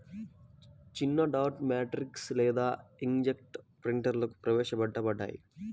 చిన్నడాట్ మ్యాట్రిక్స్ లేదా ఇంక్జెట్ ప్రింటర్లుప్రవేశపెట్టబడ్డాయి